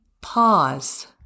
pause